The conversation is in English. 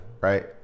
Right